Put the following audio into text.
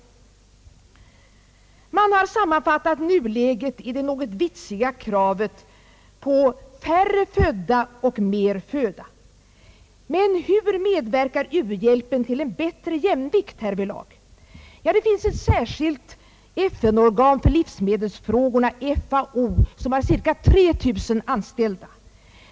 Man har sammanfattat nuläget i det något vitsiga kravet på färre födda och mer föda. Men hur medverkar u-hjälpen till en bättre jämvikt härvidlag? Det finns ett särskilt FN-organ för livsmedelsfrågorna, FAO, med cirka 3 000 an ställda.